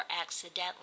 accidentally